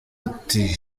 ati